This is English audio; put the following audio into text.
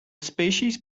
species